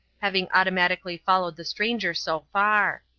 having automatically followed the stranger so far.